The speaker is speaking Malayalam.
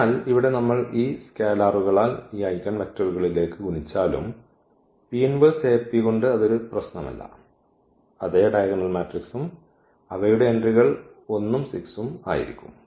അതിനാൽ ഇവിടെ നമ്മൾ ഈ സ്കെയിലറുകളാൽ ഈ ഐഗൻവെക്റ്ററുകളിലേക്ക് ഗുണിച്ചാലും ഈ കൊണ്ട് അത് പ്രശ്നമല്ല അതേ ഡയഗണൽ മാട്രിക്സും അവയുടെ എൻട്രികൾ 1 ഉം 6 ഉം ആയിരിക്കും